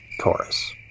Chorus